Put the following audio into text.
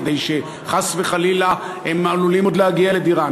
חס וחלילה הם עלולים עוד להגיע לדירה.